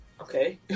Okay